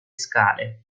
scale